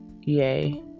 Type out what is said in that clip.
yay